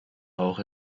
auch